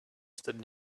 stood